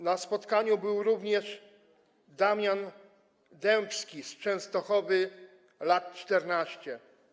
Na spotkaniu był również Damian Dębski z Częstochowy, lat 14.